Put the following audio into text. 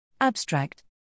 Abstract